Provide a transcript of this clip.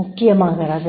முக்கியமாகிறது